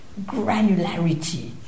granularity